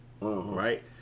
right